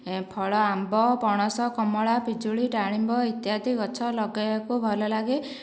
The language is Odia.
ଫଳ ଆମ୍ବ ପଣସ କମଳା ପିଜୁଳି ଡାଳିମ୍ବ ଇତ୍ୟାଦି ଗଛ ଲଗାଇବାକୁ ଭଲ ଲାଗେ